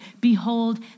Behold